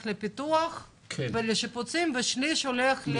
לפיתוח ולשיפוצים ושליש הולך לאותן עמותות.